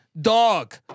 dog